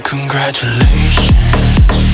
Congratulations